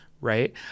Right